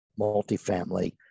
multifamily